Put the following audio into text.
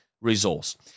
resource